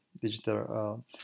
digital